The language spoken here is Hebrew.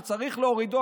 שצריך להורידו,